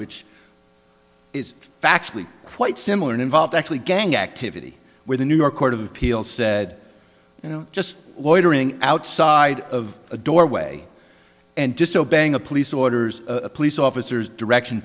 which is factually quite similar and involved actually gang activity where the new york court of appeals said you know just loitering outside of a doorway and disobeying a police orders a police officer is direction